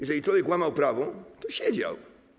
Jeżeli człowiek łamał prawo, to siedział.